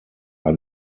are